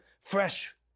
fresh